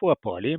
הותקפו הפועלים,